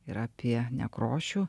ir apie nekrošių